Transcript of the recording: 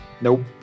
Nope